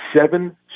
seven